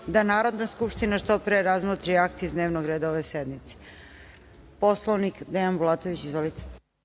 da Narodna skupština što pre razmotri akta iz dnevnog reda ove sednice. Po